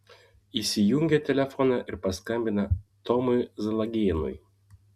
įsijungia telefoną ir paskambina tomui zalagėnui